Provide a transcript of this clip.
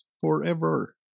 Forever